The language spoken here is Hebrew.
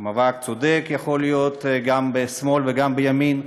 מאבק צודק יכול להיות גם בשמאל, גם בימין,